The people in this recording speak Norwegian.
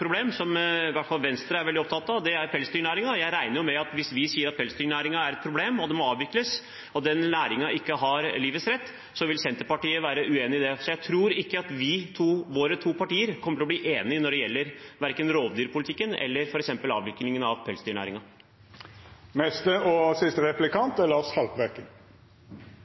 problem, og som i hvert fall Venstre er veldig opptatt av, er pelsdyrnæringen. Jeg regner med at hvis vi sier at pelsdyrnæringen er et problem og må avvikles, og at næringen ikke har livets rett, vil Senterpartiet være uenig i det. Jeg tror ikke at våre to partier kommer til å bli enige når det gjelder verken rovdyrpolitikken eller avviklingen av pelsdyrnæringen. I fjor importerte Norge rekordmye palmeolje for å fylle på diesel- og